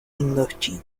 indochina